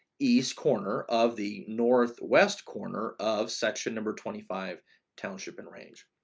east corner of the northwest corner of section number twenty five township and range.